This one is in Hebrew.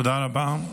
תודה רבה,